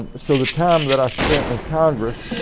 and so the time that i spent in congress,